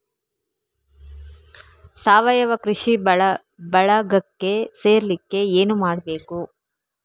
ಸಾವಯವ ಕೃಷಿ ಬಳಗಕ್ಕೆ ಸೇರ್ಲಿಕ್ಕೆ ಏನು ಮಾಡ್ಬೇಕು?